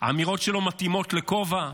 האמירות שלו מתאימות לכובע,